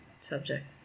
subject